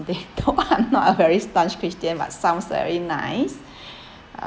they though I'm not a very staunch christian but sounds very nice